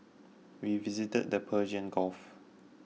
we visited the Persian Gulf